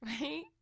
right